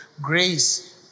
Grace